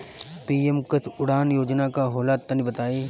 PM कृषि उड़ान योजना का होला तनि बताई?